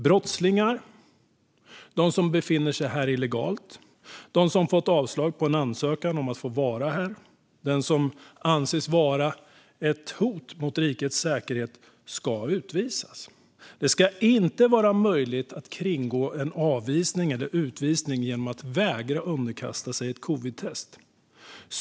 Brottslingar, de som befinner sig här illegalt, de som fått avslag på en ansökan om att få vara här och de som anses vara ett hot mot rikets säkerhet ska utvisas. Det ska inte vara möjligt att kringgå en avvisning eller utvisning genom att vägra att underkasta sig ett covidtest.